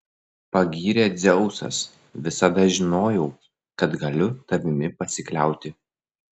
pagyrė dzeusas visada žinojau kad galiu tavimi pasikliauti